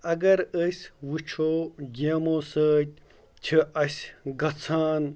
اگر أسۍ وٕچھو گیمو سۭتۍ چھِ اَسہِ گژھان